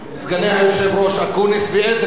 סגני היושב-ראש, אקוניס ואדרי,